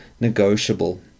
negotiable